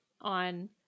on